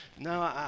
no